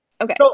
Okay